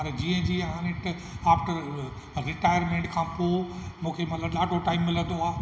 पर जीअं जीअं हाणे आफ्टर रिटाएरमेंट खां पोइ मूंखे मतिलबु ॾाढो टाईम मिलंदो आहे